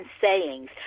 sayings